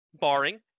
barring